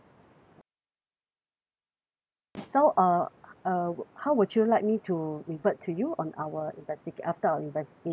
right ya ya so uh mm so uh uh how would you like me to revert to you on our investiga~ after our investigation